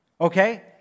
Okay